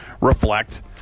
reflect